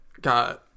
got